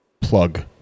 plug